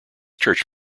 church